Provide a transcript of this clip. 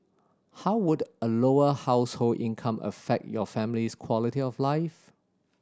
how would a lower household income affect your family's quality of life